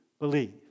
believe